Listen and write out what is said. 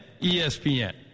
ESPN